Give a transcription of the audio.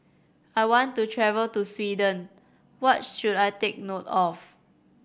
I want to travel to Sweden what should I take note of